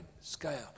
scale